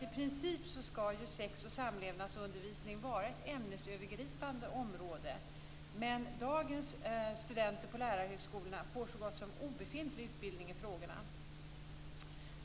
I princip skall sex och samlevnadsundervisning vara ett ämnesövergripande område, men dagens studenter på lärarhögskolorna får så gott som obefintlig utbildning i dessa frågor.